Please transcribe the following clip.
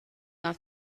off